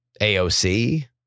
AOC